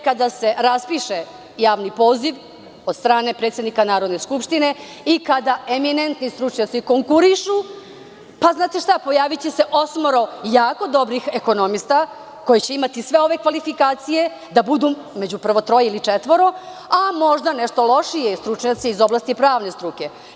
Kada se raspiše javni poziv od strane predsednika Narodne skupštine i kada eminentni stručnjaci konkurišu pojaviće se osmoro jako dobrih ekonomista koji će imati sve ove kvalifikacije da budu među prvih troje ili četvoro, a možda nešto lošiji stručnjaci iz oblasti pravne struke.